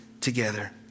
together